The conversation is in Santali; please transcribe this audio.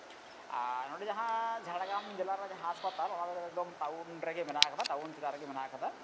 ᱟᱨ ᱱᱚᱰᱮ ᱡᱟᱦᱟᱸ ᱡᱷᱟᱲᱜᱨᱟᱢ ᱡᱮᱞᱟ ᱨᱮ ᱡᱟᱦᱟᱸ ᱦᱟᱥᱯᱟᱛᱟᱞ ᱚᱱᱟ ᱫᱚ ᱮᱠᱫᱚᱢ ᱴᱟᱣᱩᱱ ᱨᱮᱜᱮ ᱢᱮᱱᱟᱜ ᱟᱠᱟᱫᱟ ᱴᱟᱣᱩᱱ ᱪᱮᱛᱟᱱ ᱨᱮᱜᱮ ᱢᱮᱱᱟᱜ ᱟᱠᱟᱫᱟ